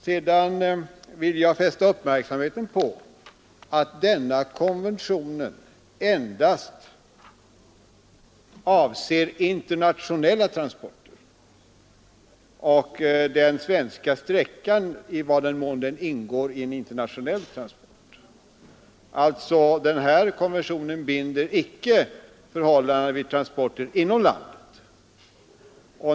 Sedan vill jag fästa uppmärksamheten på att denna konvention endast avser internationella transporter och den svenska sträckan i vad mån den ingår i en internationell transport. Konventionen binder alltså icke förhållanden vid transporter inom landet.